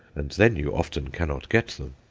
and then you often cannot get them.